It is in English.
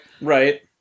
Right